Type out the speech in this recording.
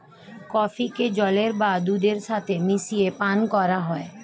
কফিকে জলের বা দুধের সাথে মিশিয়ে পান করা হয়